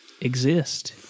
exist